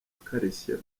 akarishye